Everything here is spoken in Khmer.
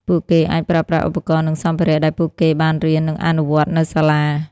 ពួកគេអាចប្រើប្រាស់ឧបករណ៍ និងសម្ភារៈដែលពួកគេបានរៀន និងអនុវត្តនៅសាលា។